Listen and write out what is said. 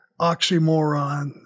oxymoron